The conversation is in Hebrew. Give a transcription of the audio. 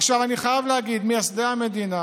עכשיו אני חייב להגיד: מייסדי המדינה